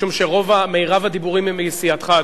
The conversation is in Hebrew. משום שמרבית הדיבורים הם מסיעתך,